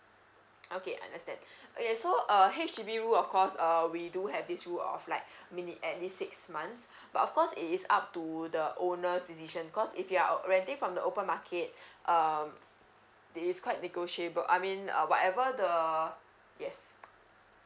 okay understand okay so err H_D_B rule of course uh we do have this rule of like mini~ at least six months but of course it is up to the owners decision cause if you're renting from the open market um this is quite negotiable I mean uh whatever the yes